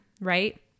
right